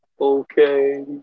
Okay